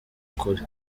kure